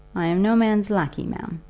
i am no man's laquais, ma'am.